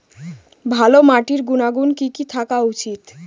ভালো মাটির গুণমান কি কি থাকা উচিৎ?